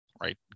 right